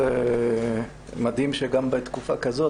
זה מדהים שגם בתקופה כזאת,